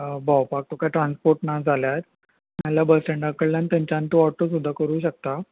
भोंवपाक तुका ट्रान्सपोर्ट ना जाल्यार नाल्यार बस स्टँडा कडल्यान थंयच्यान तूं ऑटो सुद्दां करूं शकता